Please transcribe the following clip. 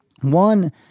One